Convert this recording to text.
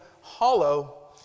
hollow